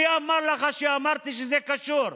מי אמר לך שאמרתי שזה קשור?